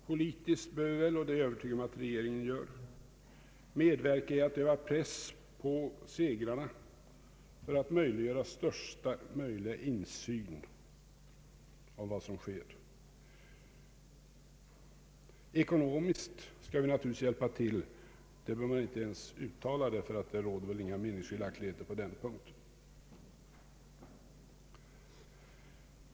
Politiskt bör vi — och det är jag övertygad om att regeringen gör — medverka till att öva press på segrarna för att bereda största möjliga insyn i vad som sker. Ekonomiskt skall vi naturligtvis hjälpa till. Det behöver vi inte ens uttala, därför att det råder väl inga meningsskiljaktigheter på den punkten.